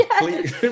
Please